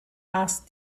asked